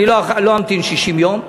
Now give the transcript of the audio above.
אני לא אמתין 60 יום.